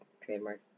trademark